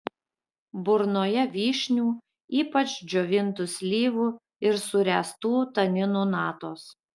burnoje vyšnių ypač džiovintų slyvų ir suręstų taninų natos